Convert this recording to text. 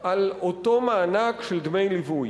על אותו מענק של דמי ליווי,